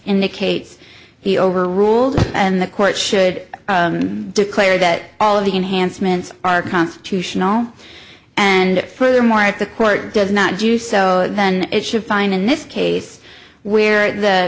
indicate he overruled and the court should declare that all of the enhancements are constitutional and it furthermore if the court does not do so then it should find in this case where the